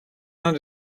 uns